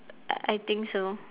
I think so